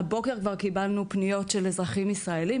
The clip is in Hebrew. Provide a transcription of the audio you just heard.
הבוקר כבר קיבלנו פניות של אזרחים ישראלים